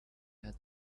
had